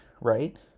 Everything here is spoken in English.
right